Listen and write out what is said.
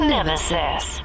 Nemesis